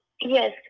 Yes